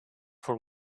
for